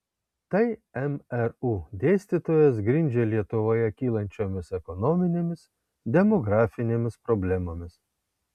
tai mru dėstytojas grindžia lietuvoje kylančiomis ekonominėmis demografinėmis problemomis